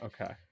Okay